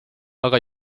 aga